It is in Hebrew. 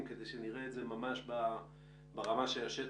כדי שנראה מה קורה באמת ברמת השטח.